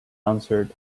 answered